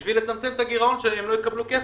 אם הם לא יקבלו כסף,